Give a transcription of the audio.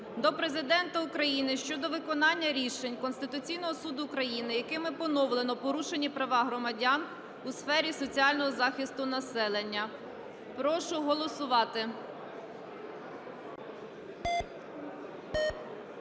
до Президента України щодо виконання рішень Конституційного Суду України, якими поновлено порушені права громадян у сфері соціального захисту населення. Прошу голосувати.